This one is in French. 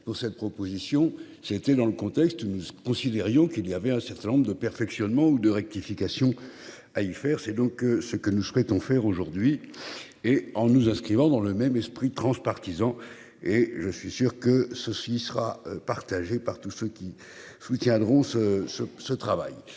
Pour cette proposition. C'était dans le contexte nous considérions qu'il y avait un certain nombre de perfectionnement ou de rectification aille faire c'est donc ce que nous souhaitons faire aujourd'hui et en nous inscrivant dans le même esprit transpartisan. Et je suis sûr que ceci sera partagée par tous ceux qui se tiendront ce ce ce travail